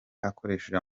akoresheje